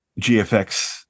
GFX